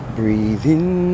breathing